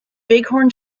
bighorn